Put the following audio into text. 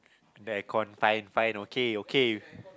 the air con five fine okay okay